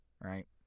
right